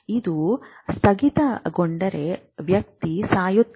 ಇದು ಸ್ಥಗಿತಗೊಂಡರೆ ವ್ಯಕ್ತಿ ಸಾಯುತ್ತಾನೆ